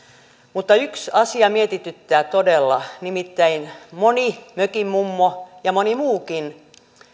mutta yksi asia mietityttää todella nimittäin moni mökinmummo ja moni muukin